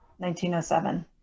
1907